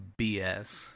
BS